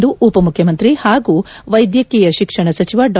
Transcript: ಎಂದು ಉಪ ಮುಖ್ಯಮಂತ್ರಿ ಹಾಗೂ ವೈದ್ಯಕೀಯ ಶಿಕ್ಷಣ ಸಚಿವ ಡಾ